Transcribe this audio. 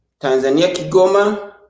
Tanzania-Kigoma